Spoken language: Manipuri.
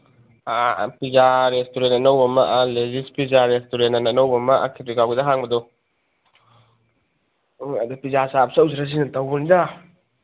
ꯑꯥ ꯄꯤꯖꯥ ꯔꯦꯁꯇꯨꯔꯦꯟ ꯑꯅꯧꯕ ꯑꯃ ꯂꯦꯖꯤꯁ ꯄꯤꯖꯥ ꯔꯦꯁꯇꯨꯔꯦꯟꯑꯟ ꯑꯅꯧꯕ ꯑꯃ ꯑꯥ ꯈꯦꯇ꯭ꯔꯤꯒꯥꯎꯒꯤꯗ ꯍꯥꯡꯕꯗꯣ ꯎꯝ ꯑꯗ ꯄꯤꯖꯥ ꯆꯥꯕ ꯆꯠꯂꯨꯁꯤꯔꯥ ꯇꯧꯕꯅꯤꯗ